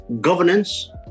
governance